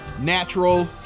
natural